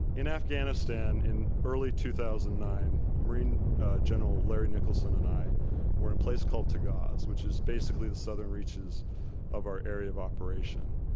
in afghanistan, in early two thousand and nine, marine general larry nicholson and i were in a place called tagaz, which is basically the southern reaches of our area of operation.